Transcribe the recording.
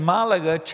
Malaga